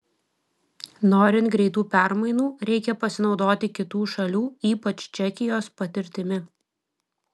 norint greitų permainų reikia pasinaudoti kitų šalių ypač čekijos patirtimi